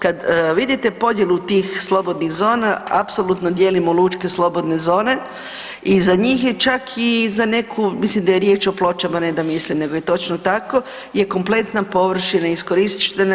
Kad vidite podjelu tih slobodnih zona, apsolutno dijelimo lučke slobodne zone i za njih je čak i za neku, mislim da je riječ o Pločama, ne da mislim nego je točno tako, je kompletna površina iskorištena.